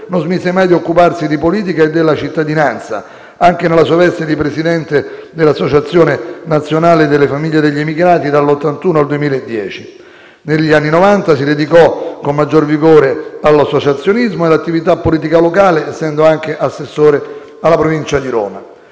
non smise mai di occuparsi di politica e della cittadinanza, anche nella sua veste di Presidente dell'Associazione nazionale delle famiglie degli emigrati dal 1981 al 2010. Negli anni Novanta si dedicò con maggior vigore all'associazionismo e all'attività politica locale, essendo anche assessore alla Provincia di Roma,